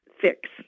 fix